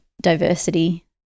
diversity